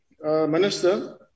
Minister